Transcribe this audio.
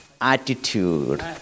attitude